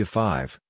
five